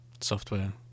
software